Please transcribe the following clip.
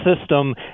system